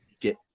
get